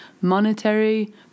monetary